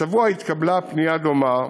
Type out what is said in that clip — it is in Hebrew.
השבוע התקבלה פנייה דומה,